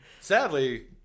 Sadly